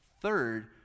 Third